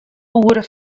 oere